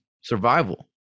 Survival